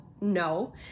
No